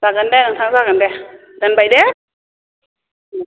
जागोन दे नोंथां जागोन दे दोनबाय दे